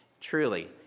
truly